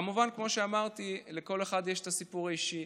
כמובן, כמו שאמרתי, לכל אחד יש את הסיפור האישי.